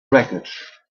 wreckage